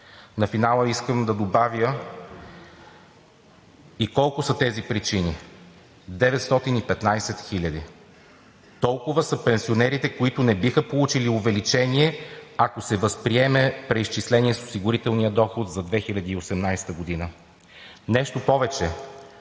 На финала искам да добавя и колко са тези причини – 915 000. Толкова са пенсионерите, които не биха получили увеличение, ако се възприеме преизчисление с осигурителния доход за 2018 г. Нещо повече,